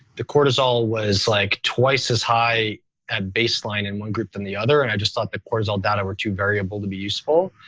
the cortisol was like twice as high at baseline in one group than the other and i just thought the cortisol data were too variable to be useful.